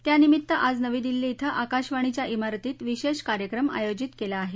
त्यानिमित्त आज नवी दिल्ली क्षे आकाशवाणीच्या स्वारतीत विशेष कार्यक्रम आयोजित केला आहे